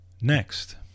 Next